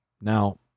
Now